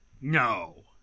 No